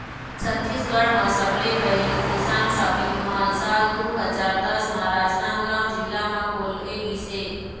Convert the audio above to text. छत्तीसगढ़ म सबले पहिली किसान सॉपिंग मॉल साल दू हजार दस म राजनांदगांव जिला म खोले गिस हे